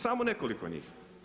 Samo nekoliko njih.